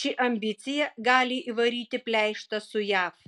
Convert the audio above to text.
ši ambicija gali įvaryti pleištą su jav